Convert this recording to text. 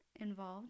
involved